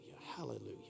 Hallelujah